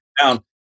down